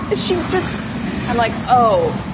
she just i'm like, oh,